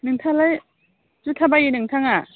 नोंथाङालाय जुता बायो नोंथाङा